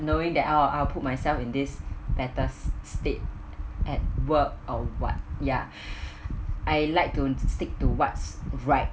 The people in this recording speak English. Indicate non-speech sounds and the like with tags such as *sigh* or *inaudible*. knowing that I'll I'll put myself in this better state at work or what ya *breath* I like to to stick to what's right